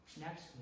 next